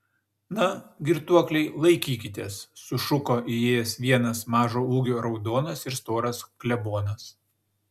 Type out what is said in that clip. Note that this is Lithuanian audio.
na girtuokliai laikykitės sušuko įėjęs vienas mažo ūgio raudonas ir storas klebonas